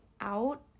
out